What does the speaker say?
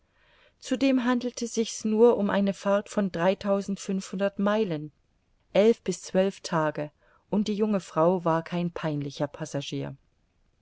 zudem handelte sich's nur um eine fahrt von dreitausendfünfhundert meilen elf bis zwölf tage und die junge frau war kein peinlicher passagier